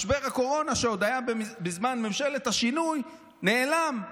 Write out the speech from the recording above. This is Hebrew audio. משבר הקורונה, שעוד היה בזמן ממשלת השינוי, נעלם.